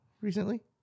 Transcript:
recently